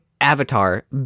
Avatar